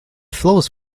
flows